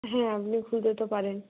হ্যাঁ আপনি খুলতে তো পারেন